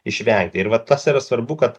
išvengti ir va tas yra svarbu kad